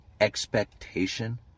expectation